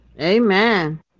Amen